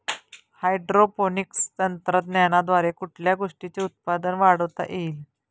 Hydroponics तंत्रज्ञानाद्वारे कुठल्या गोष्टीचे उत्पादन वाढवता येईल?